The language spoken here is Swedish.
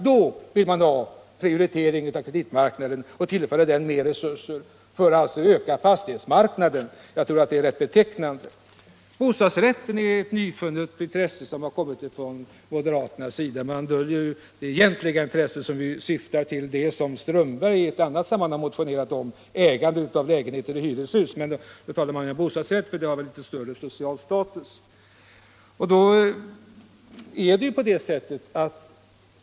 Därvidlag vill man prioritera finansieringen av fastighetsköp — för att öka omsättningen på på fastighetsmarknaden. Jag tycker att det är rätt betecknande. Bostadsrätt är ett nyvunnet intresse för moderaterna. När man talar om den döljer man den egentliga avsikten — som herr Strömberg i Botkyrka talade om och som man motionerat om — nämligen att främja det enskilda ägandet av lägenheter i flerfamiljshus. Man talar i stället om bostadsrätt, som väl har större social status.